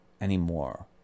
anymore